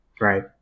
right